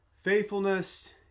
faithfulness